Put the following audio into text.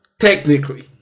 technically